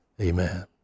Amen